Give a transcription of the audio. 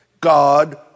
God